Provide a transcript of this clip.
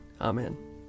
Amen